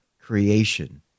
creation